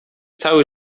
cały